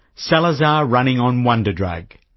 salazar running on wonder drug.